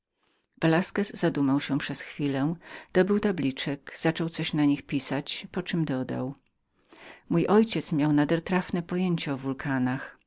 velasquez zadumał się przez chwilę dobył tabliczek zaczął coś na nich pisać poczem dodał mój ojciec miał nader jasne pojęcie o wulkanach